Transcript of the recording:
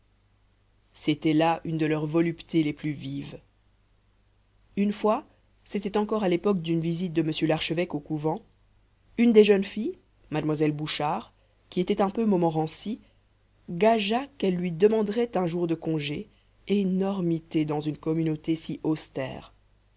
c'était là une de leurs voluptés les plus vives une fois c'était encore à l'époque d'une visite de mr l'archevêque au couvent une des jeunes filles mademoiselle bouchard qui était un peu montmorency gagea qu'elle lui demanderait un jour de congé énormité dans une communauté si